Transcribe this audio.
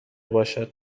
باشد